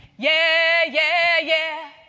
yeah, yeah, yeah.